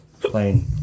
Plain